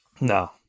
No